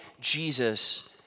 Jesus